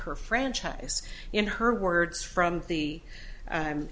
her franchise in her words from the